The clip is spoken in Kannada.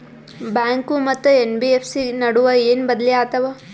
ಬ್ಯಾಂಕು ಮತ್ತ ಎನ್.ಬಿ.ಎಫ್.ಸಿ ನಡುವ ಏನ ಬದಲಿ ಆತವ?